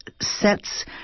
sets